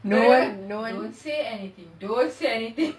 no one no one